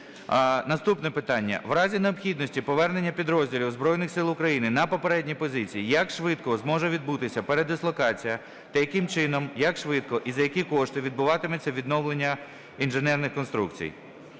Наступне питання. В разі необхідності повернення підрозділів Збройних Сил України на попередні позиції як швидко зможе відбутися передислокація та яким чином, як швидко і за які кошти відбуватиметься відновлення інженерних конструкцій?